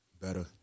Better